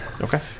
Okay